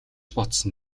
бодсон